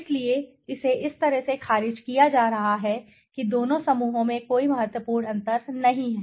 इसीलिए इसे इस तरह से खारिज किया जा रहा है कि दोनों समूहों में कोई महत्वपूर्ण अंतर नहीं है